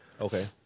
Okay